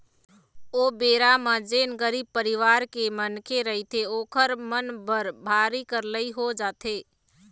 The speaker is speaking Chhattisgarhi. ओ बेरा म जेन गरीब परिवार के मनखे रहिथे ओखर मन बर भारी करलई हो जाथे